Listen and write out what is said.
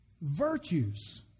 Virtues